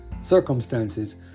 circumstances